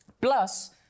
Plus